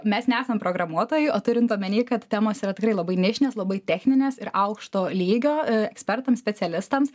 mes nesam programuotojai o turint omeny kad temos yra tikrai labai nišinės labai techninės ir aukšto lygio ekspertams specialistams